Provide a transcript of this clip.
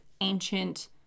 ancient